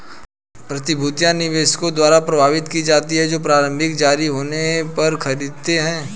प्रतिभूतियां निवेशकों द्वारा प्रदान की जाती हैं जो प्रारंभिक जारी होने पर खरीदते हैं